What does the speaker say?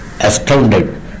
astounded